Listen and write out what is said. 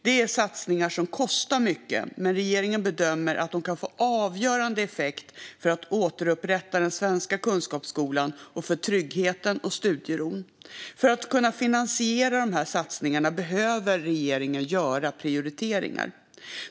Det är satsningar som kostar mycket, men regeringen bedömer att de kan få avgörande effekt för att återupprätta den svenska kunskapsskolan och för tryggheten och studieron. För att kunna finansiera de satsningarna behöver regeringen göra prioriteringar.